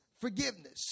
forgiveness